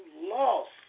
lost